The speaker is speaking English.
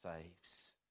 saves